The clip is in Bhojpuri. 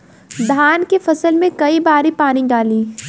धान के फसल मे कई बारी पानी डाली?